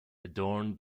adorn